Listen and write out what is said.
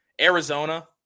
Arizona